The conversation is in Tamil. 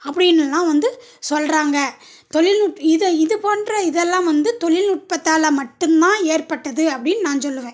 அப்படின்னுலாம் வந்து சொல்றாங்க தொழில்நுட்ப இது இதுப்போன்ற இதெல்லாம் வந்து தொழில்நுட்பத்தால் மட்டும்தான் ஏற்பட்டது அப்படின்னு நான் சொல்லுவேன்